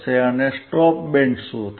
અને stop band શું હશે